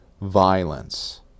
violence